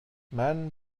man